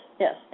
Yes